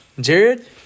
Jared